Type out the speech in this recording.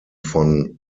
von